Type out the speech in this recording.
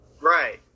Right